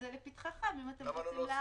אז זה לפתחכם, אם אתם רוצים להאריך.